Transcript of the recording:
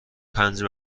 پنج